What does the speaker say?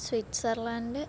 Switzerland